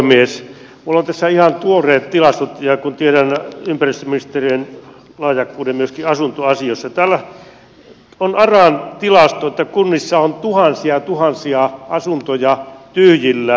minulla on tässä ihan tuoreet tilastot ja kun tiedän ympäristöministeriön lahjakkuuden myöskin asuntoasioissa täällä on aran tilasto että kunnissa on tuhansia tuhansia asuntoja tyhjillään